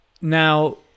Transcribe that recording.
Now